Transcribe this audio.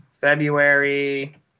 february